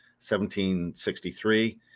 1763